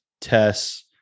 tests